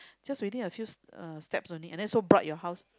just within a few s~ uh steps only and then so bright your house